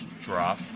drop